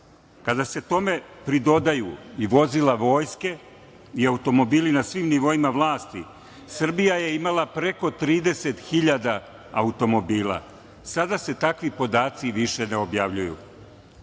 se tome pridodaju i vozila Vojske i automobili na svim nivoima vlasti, Srbija je imala preko 30.000 automobila. Sada se takvi podaci više ne objavljuju. Pod